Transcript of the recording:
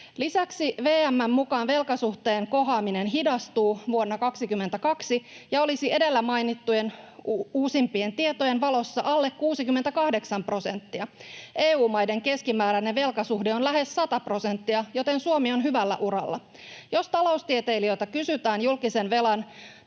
Lisäksi VM:n mukaan velkasuhteen kohoaminen hidastuu vuonna 22 ja olisi edellä mainittujen uusimpien tietojen valossa alle 68 prosenttia. EU-maiden keskimääräinen velkasuhde on lähes sata prosenttia, joten Suomi on hyvällä uralla. Jos taloustieteilijöiltä kysytään, julkisen velan